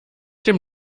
dem